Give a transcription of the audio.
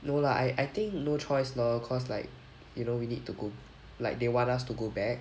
no lah I I think no choice lor cause like you know we need to go like they want us to go back